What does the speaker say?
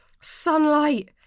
Sunlight